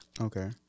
Okay